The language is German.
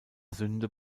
sünde